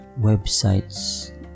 websites